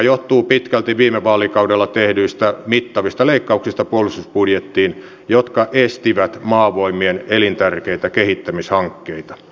samoin tarvittavien uhka arvioiden saatavuudesta ja ajantasaisuudesta tulee huolehtia kuten myös lainsäädännön ajanmukaisuudesta